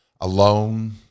alone